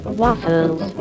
waffles